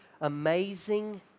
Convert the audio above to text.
amazing